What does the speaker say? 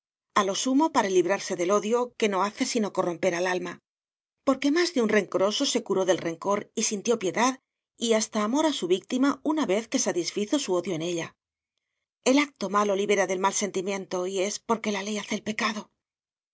a lo sumo para librarse del odio que no hace sino corromper al alma porque más de un rencoroso se curó del rencor y sintió piedad y hasta amor a su víctima una vez que satisfizo su odio en ella el acto malo libera del mal sentimiento y es porque la ley hace el pecado